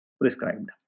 prescribed